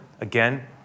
again